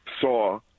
saw